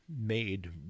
made